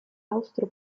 austro